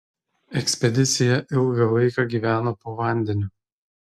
ekspedicija ilgą laiką gyveno po vandeniu